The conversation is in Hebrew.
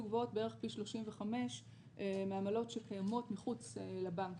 גבוהות בערך פי 35 מעמלות שקיימות מחוץ לבנקים.